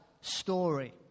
story